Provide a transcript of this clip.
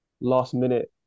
last-minute